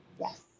yes